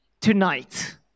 tonight